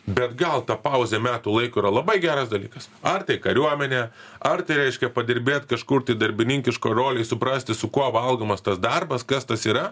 bet gal ta pauzė metų laiko yra labai geras dalykas ar tai kariuomenė ar tai reiškia padirbėt kažkur tai darbininkiškoj rolėj suprasti su kuo valgomas tas darbas kas tas yra